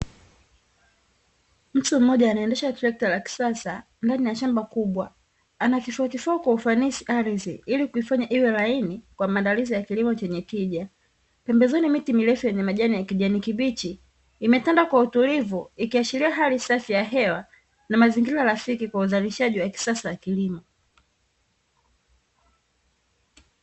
Mtu mmoja anaendesha trekta la kisasa ndani ya shamba kubwa, anatifuatifua kwa ufanisi ardhi, ili kuifanya iwe laini kwa maandalizi ya kilimo chenye tija, pembezoni miti mirefu yenye majani ya kijani kibichi, imetanda kwa utulivu, ikiashiria hali safi ya hewa, na mazingira rafiki kwa uzalishaji wa kisasa wa kilimo.